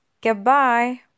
Goodbye